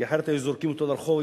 כי אחרת היו זורקים אותו לרחוב,